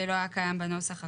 זה לא היה קיים בנוסח הקודם,